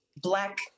Black